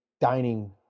dining